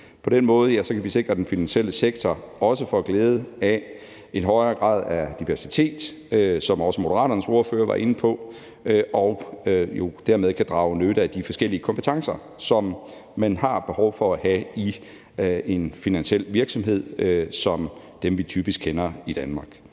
På den måde kan vi sikre, at den finansielle sektor også får glæde af en højere grad af diversitet, hvad også Moderaternes ordfører var inde på, og derved jo kan drage nytte af de forskellige kompetencer, som man har behov for at have i en finansiel virksomhed som dem, vi typisk kender i Danmark.